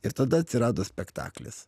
ir tada atsirado spektaklis